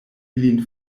ilin